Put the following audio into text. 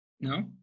No